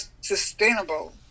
sustainable